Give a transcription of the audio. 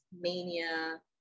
mania